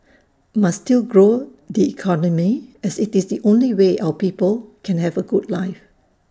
must still grow the economy as IT is the only way our people can have A good life